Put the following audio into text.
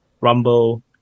rumble